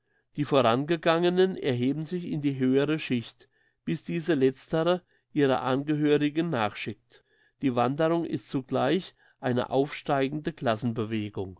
die vorangegangenen erheben sich in die höhere schichte bis diese letztere ihre angehörigen nachschickt die wanderung ist zugleich eine aufsteigende